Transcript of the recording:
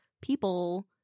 people –